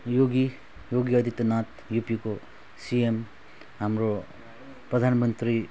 योगी योगी आदित्यनाथ युपिको सिएम हाम्रो प्रधान मन्त्री न